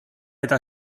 eta